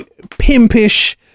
pimpish